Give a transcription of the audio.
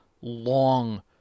long